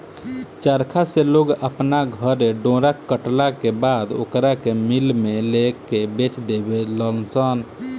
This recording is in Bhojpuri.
चरखा से लोग अपना घरे डोरा कटला के बाद ओकरा के मिल में लेके बेच देवे लनसन